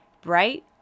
bright